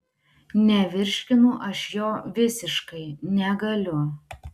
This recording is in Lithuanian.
nevirškinu aš jo visiškai negaliu